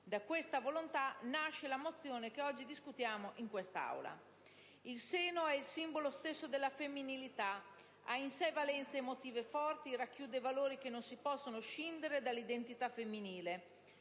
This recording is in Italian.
Da questa volontà nasce la mozione che oggi discutiamo in quest'Aula. Il seno è il simbolo stesso della femminilità, ha in sé valenze emotive forti e racchiude valori che non si possono scindere dall'identità femminile.